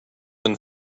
than